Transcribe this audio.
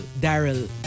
Daryl